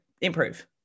improve